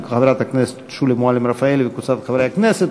של חברת הכנסת שולי מועלם-רפאלי וקבוצת חברי הכנסת,